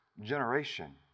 generation